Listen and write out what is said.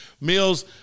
Mills